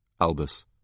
Albus